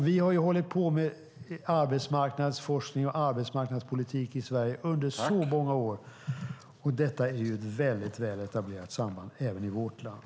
Vi har hållit på med arbetsmarknadsforskning och arbetsmarknadspolitik i Sverige under så många år, och detta är ett mycket väl etablerat samband även i vårt land.